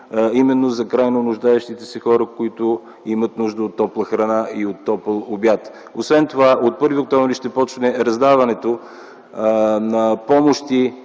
именно за крайно нуждаещи се хора, които имат нужда от топла храна, от топъл обяд. Освен това от 1 октомври т.г. ще започне раздаването на помощи